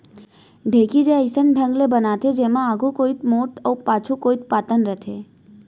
ढेंकी ज अइसन ढंग ले बनाथे जेमा आघू कोइत मोठ अउ पाछू कोइत पातन रथे